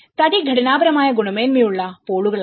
തടി ഘടനാപരമായ ഗുണമേന്മയുള്ള പോളുകളാണ്